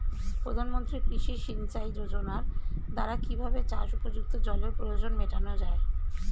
প্রধানমন্ত্রী কৃষি সিঞ্চাই যোজনার দ্বারা কিভাবে চাষ উপযুক্ত জলের প্রয়োজন মেটানো য়ায়?